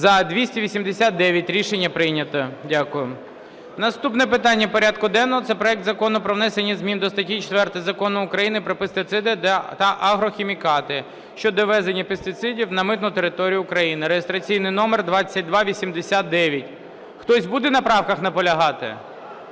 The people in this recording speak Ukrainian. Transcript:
За-289 Рішення прийнято. Дякую. Наступне питання порядку денного – це проект Закону про внесення змін до статті 4 Закону України "Про пестициди та агрохімікати" щодо ввезення пестицидів на митну територію України (реєстраційний номер 2289). Хтось буде на правках наполягати?